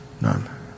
None